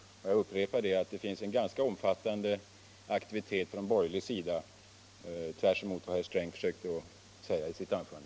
Och jag upprepar att det, tvärtemot vad herr Sträng sade i sitt anförande, finns en ganska omfattande aktivitet på borgerligt håll.